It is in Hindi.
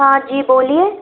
हांजी बोलिए